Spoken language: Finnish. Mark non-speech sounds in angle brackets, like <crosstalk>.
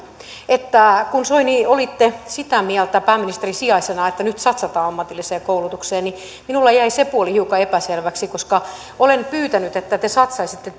kun soini olitte sitä mieltä pääministerin sijaisena että nyt satsataan ammatilliseen koulutukseen niin minulla jäi se puoli hiukan epäselväksi olen pyytänyt että te satsaisitte <unintelligible>